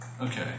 Okay